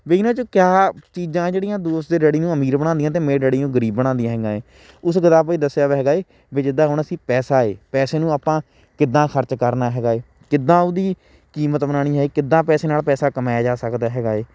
ਵਈ ਇਹਨਾਂ 'ਚ ਕਿਆ ਚੀਜ਼ਾਂ ਜਿਹੜੀਆਂ ਦੋਸਤ ਦੇ ਡੈਡੀ ਨੂੰ ਅਮੀਰ ਬਣਾਉਂਦੀਆਂ ਅਤੇ ਮੇਰੇ ਡੈਡੀ ਨੂੰ ਗਰੀਬ ਬਣਾਉਂਦੀਆਂ ਹੈਗੀਆਂ ਹੈ ਉਸ ਕਿਤਾਬ 'ਚ ਦੱਸਿਆ ਵਾ ਹੈਗਾ ਹੈ ਵੀ ਜਿੱਦਾਂ ਹੁਣ ਅਸੀਂ ਪੈਸਾ ਹੈ ਪੈਸੇ ਨੂੰ ਆਪਾਂ ਕਿੱਦਾਂ ਖਰਚ ਕਰਨਾ ਹੈਗਾ ਹੈ ਕਿੱਦਾਂ ਉਹਦੀ ਕੀਮਤ ਬਣਾਉਣੀ ਹੈ ਕਿੱਦਾਂ ਪੈਸੇ ਨਾਲ ਪੈਸਾ ਕਮਾਇਆ ਜਾ ਸਕਦਾ ਹੈਗਾ ਹੈ